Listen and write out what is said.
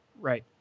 Right